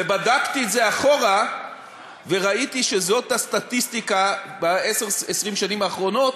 ובדקתי את זה אחורה וראיתי שזאת הסטטיסטיקה ב-10 20 השנים האחרונות,